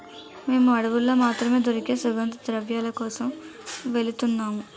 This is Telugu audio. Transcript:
మేము అడవుల్లో మాత్రమే దొరికే సుగంధద్రవ్యాల కోసం వెలుతున్నాము